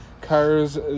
cars